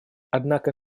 однако